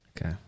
Okay